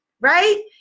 right